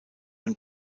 ein